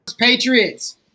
Patriots